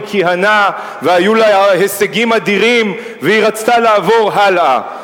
כיהנה והיו לה הישגים אדירים והיא רצתה לעבור הלאה,